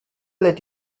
let